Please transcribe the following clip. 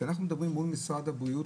כשאנחנו מדברים מול משרד הבריאות,